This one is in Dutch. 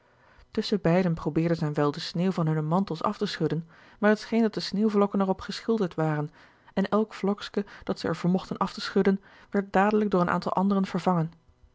tusschenbeide probeerden zij wel de sneeuw van hunne mantels af te schudden maar het scheen dat de sneeuwvlokken er op geschilderd waren en elk vlokske dat zij er vermogten af te schudden werd dadelijk door een aantal anderen vervangen